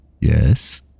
Yes